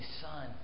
Son